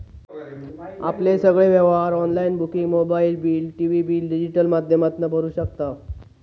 आपले सगळे व्यवहार online booking mobile bill, TV bill digital माध्यमातना भरू शकताव